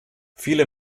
viele